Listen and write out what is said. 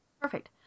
Perfect